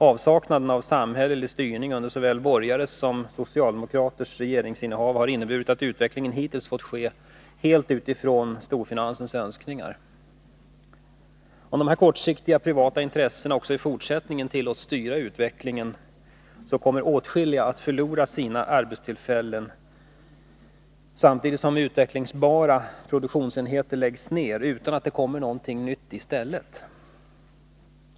Avsaknaden av samhällelig styrning under såväl borgares som socialdemokraters regeringsinnehav har inneburit, att utvecklingen hittills fått ske helt utifrån storfinansens önskningar. Om dessa kortsiktiga privata intressen även i fortsättningen tillåts styra utvecklingen, kommer åtskilliga att förlora sina anställningar samtidigt som utvecklingsbara produktionsenheter läggs ner, utan att något nytt kommer i deras ställe.